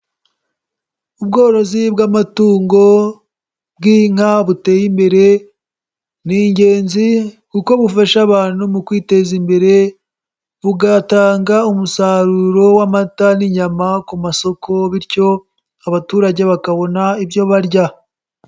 Ubworozi bw'amatungo bw'inka buteye imbere ni ingenzi kuko bufasha abantu mu kwiteza imbere bugatanga umusaruro w'amata n'inyama ku masoko bityo abaturage bakabona ibyo barya.